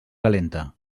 calenta